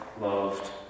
loved